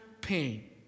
pain